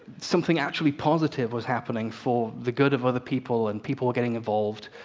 something actually positive was happening for the good of other people, and people were getting involved,